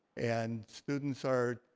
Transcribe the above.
and students are,